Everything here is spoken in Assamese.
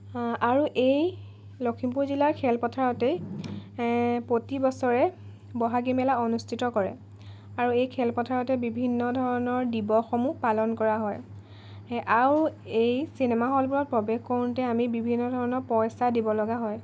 আৰু এই লখিমপুৰ জিলাৰ খেলপথাৰতেই প্ৰতিবছৰে বহাগী মেলা অনুষ্ঠিত কৰে আৰু এই খেলপথাৰতেই বিভিন্ন ধৰণৰ দিৱসসমূহ পালন কৰা হয় আৰু এই চিনেমা হলবোৰত প্ৰৱেশ কৰোঁতে আমি বিভিন্ন ধৰণৰ পইচা দিবলগা হয়